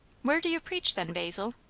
where do you preach, then, basil?